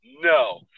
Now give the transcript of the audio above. No